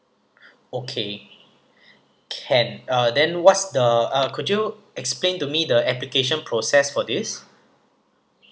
okay can uh then what's the uh could you explain to me the application process for this